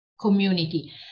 community